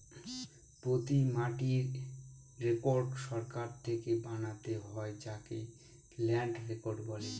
প্রতি মাটির রেকর্ড সরকার থেকে বানাতে হয় যাকে ল্যান্ড রেকর্ড বলে